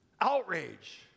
Outrage